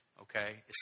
okay